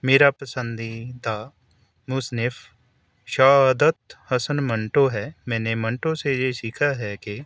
میرا پسندیدہ مصنف شعادت حسن منٹو ہے میں نے منٹو سے یہ سیکھا ہے کہ